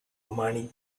money